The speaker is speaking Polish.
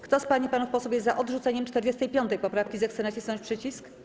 Kto z pań i panów posłów jest za odrzuceniem 45. poprawki, zechce nacisnąć przycisk.